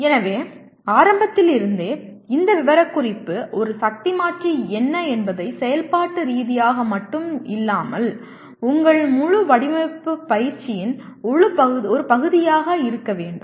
எனவே ஆரம்பத்தில் இருந்தே இந்த விவரக்குறிப்பு ஒரு சக்தி மாற்றி என்ன என்பதை செயல்பாட்டு ரீதியாக மட்டும் இல்லாமல் உங்கள் முழு வடிவமைப்பு பயிற்சியின் ஒரு பகுதியாக இருக்க வேண்டும்